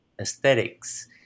aesthetics